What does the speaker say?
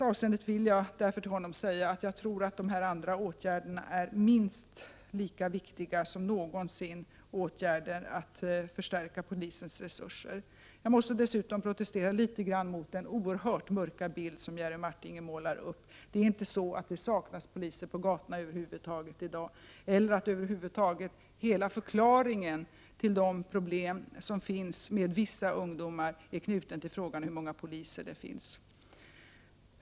Därför vill jag till honom säga att jag tror att de här andra åtgärderna är minst lika viktiga som någonsin åtgärder för att förstärka polisens resurser. Jag måste dessutom protestera litet grand mot den oerhört mörka bild som Jerry Martinger målar upp — att det saknas poliser på gatorna i dag, eller att över huvud taget hela förklaringen till de problem som finns med vissa ungdomar är knuten till frågan hur många poliser det finns.